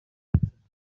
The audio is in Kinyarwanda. rushanwa